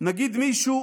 נגיד מישהו,